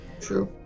true